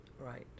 Right